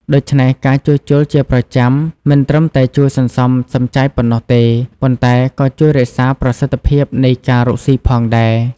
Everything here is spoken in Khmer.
ដូច្នេះ ការជួសជុលជាប្រចាំមិនត្រឹមតែជួយសន្សំសំចៃប៉ុណ្ណោះទេ ប៉ុន្តែក៏ជួយរក្សាប្រសិទ្ធភាពនៃការរកស៊ីផងដែរ។